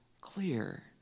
clear